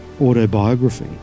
autobiography